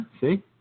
see